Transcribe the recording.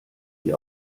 die